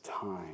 time